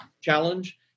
challenge